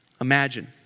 imagine